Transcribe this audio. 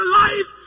life